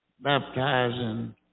Baptizing